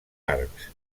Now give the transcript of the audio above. arcs